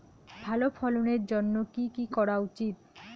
ভালো ফলনের জন্য কি কি করা উচিৎ?